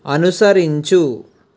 అనుసరించు